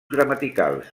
gramaticals